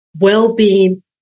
well-being